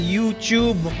YouTube